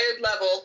level